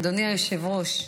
אדוני היושב-ראש,